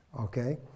Okay